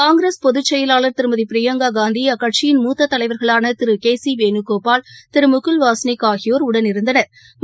காங்கிரஸ் பொதுச்செயலாளர் திருமதிபிரியங்காந்தி அக்கட்சியின் மூத்ததலைவா்களானதிருகேசிவேணுகோபால் திருமுகுல் வாஸ்னிக் ஆகியோா் உடனிருந்தனா்